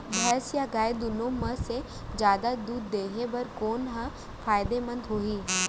भैंस या गाय दुनो म से जादा दूध देहे बर कोन ह फायदामंद होही?